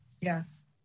Yes